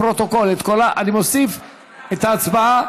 ההצבעה,